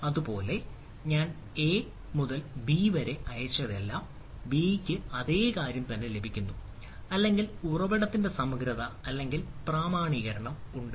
അതുപോലെ ഞാൻ എ മുതൽ ബി വരെ അയച്ചതെല്ലാം b ന് അതേ കാര്യം തന്നെ ലഭിക്കുന്നു അല്ലെങ്കിൽ ഉറവിടത്തിന്റെ സമഗ്രത അല്ലെങ്കിൽ പ്രാമാണീകരണം ഉണ്ട്